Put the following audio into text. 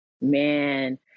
Man